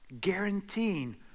guaranteeing